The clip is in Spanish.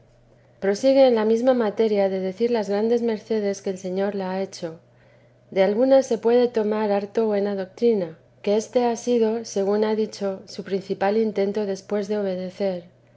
xl prosigue en la mesma materia de decir las grandes mercedes que el señor la ha hecho de algunas se puede tomar harto buena doctrina que éste ha sido según ha dicho su principal intento después de obedecer